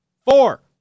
Four